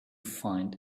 find